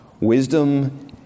Wisdom